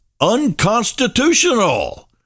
Unconstitutional